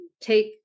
take